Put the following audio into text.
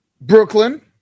Brooklyn